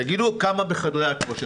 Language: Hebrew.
תגידו כמה בחדרי הכושר.